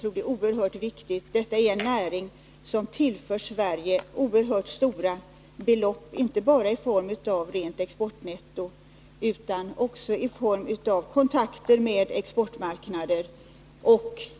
Pressade arbetsförhållanden utgör i sin tur en stor fara för trafiksäkerheten. Därför är behovet av ett snabbt ingripande från regeringens sida för att skapa rimliga arbetsvillkor för yrkesförarna mycket stort.